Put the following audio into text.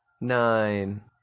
Nine